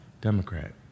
Democrat